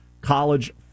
College